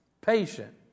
Patient